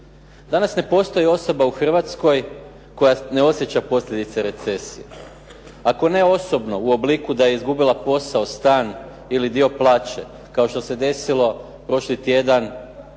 Danas ne postoji osoba u Hrvatskoj koja ne osjeća posljedice recesije. Ako ne osobno u obliku da je izgubila posao, stan ili dio plaće kao što se desilo prošli tjedan